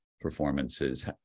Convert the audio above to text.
performances